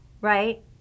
right